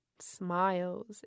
smiles